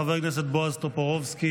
חבר הכנסת בועז טופורובסקי,